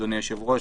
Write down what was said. אדוני היושב-ראש,